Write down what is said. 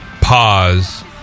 pause